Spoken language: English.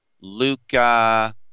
Luca